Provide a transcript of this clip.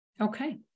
Okay